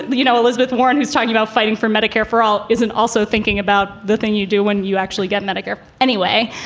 but you know, elizabeth warren, who's talking about fighting for medicare for all, isn't also thinking about the thing you do when you actually get medicare anyway.